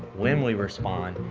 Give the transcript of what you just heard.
when we respond,